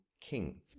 king